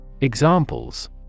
Examples